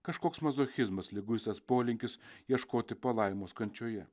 kažkoks mazochizmas liguistas polinkis ieškoti palaimos kančioje